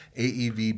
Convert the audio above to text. AEV